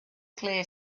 clear